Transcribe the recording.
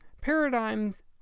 paradigms